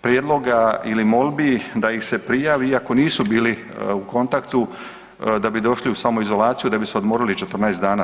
prijedloga ili molbi da ih se prijavi iako nisu bili u kontaktu da bi došli u samoizolaciju da bi se odmorili 14 dana.